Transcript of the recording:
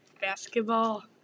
Basketball